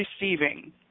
receiving